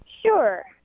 Sure